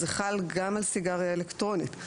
זה חל גם על סיגריה אלקטרונית.